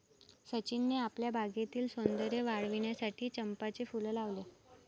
सचिनने आपल्या बागेतील सौंदर्य वाढविण्यासाठी चंपाचे फूल लावले